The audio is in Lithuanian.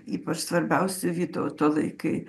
ypač svarbiausi vytauto laikai